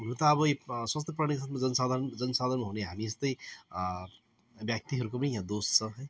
हुनु त अब यो सोच्नुपर्ने जनसाधारण जनसाधारण हुने हामी यस्तै व्यक्तिहरूको पनि यहाँ दोष छ